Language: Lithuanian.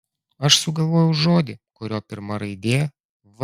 aš sugalvojau žodį kurio pirma raidė v